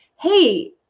hey